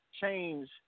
change